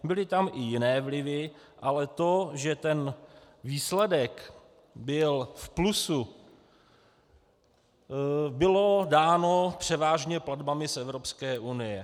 Byly tam i jiné vlivy, ale to, že ten výsledek byl v plusu, bylo dáno převážně platbami z Evropské unie.